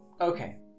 Okay